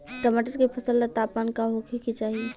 टमाटर के फसल ला तापमान का होखे के चाही?